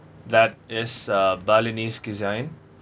that is uh balinese cuisine